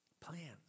Plans